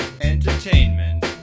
entertainment